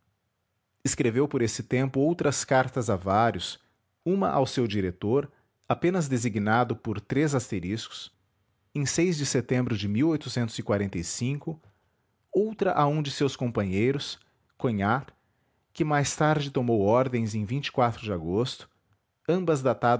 escreveu por esse tempo outras cartas a vários uma ao seu diretor apenas designado por em de setembro de outra a um de seus companheiros cognat que mais tarde tomou ordens em de agosto ambas datadas da